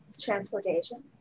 Transportation